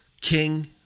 king